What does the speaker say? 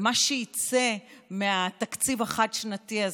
ומה שיצא מהתקציב החד-שנתי הזה,